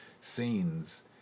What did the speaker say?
scenes